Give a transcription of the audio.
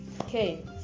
Okay